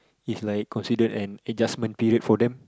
is like considered an adjustment period for them